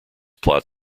plot